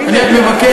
אני רק מבקש,